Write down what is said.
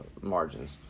margins